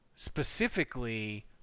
specifically